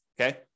okay